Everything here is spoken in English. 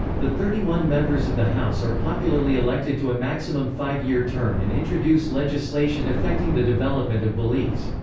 the thirty one members of the house are popularly elected to a maximum five-year term and introduce legislation affecting the development of belize.